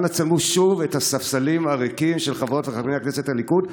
אנא צלמו שוב את הספסלים הריקים של חברות וחברי הכנסת מהליכוד.